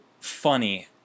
funny